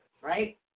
right